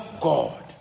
god